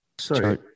sorry